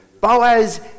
Boaz